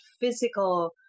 physical